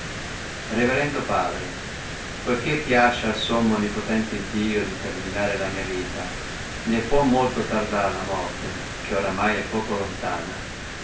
reverendo padre poiché piace al sommo e onnipotente iddio di terminare la mia vita né può molto tardar la morte che oramai è poco lontana